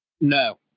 No